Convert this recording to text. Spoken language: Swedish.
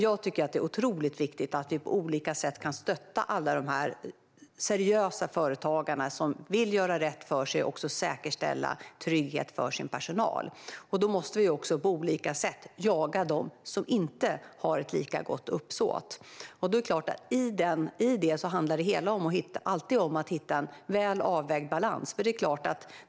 Det är otroligt viktigt att vi på olika sätt kan stödja alla de här seriösa företagarna som vill göra rätt för sig och säkerställa trygghet för sin personal. Då måste vi också på olika sätt jaga dem som inte har ett lika gott uppsåt. Det handlar alltid om att hitta en väl avvägd balans i det.